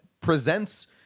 presents